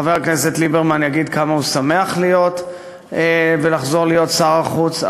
חבר הכנסת ליברמן יגיד כמה הוא שמח לחזור להיות שר החוץ,